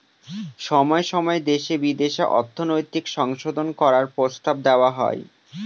সময় সময় দেশে বিদেশে অর্থনৈতিক সংশোধন করার প্রস্তাব দেওয়া হয়